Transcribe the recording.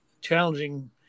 challenging